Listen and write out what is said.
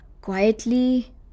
quietly